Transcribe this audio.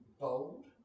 Bold